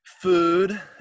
food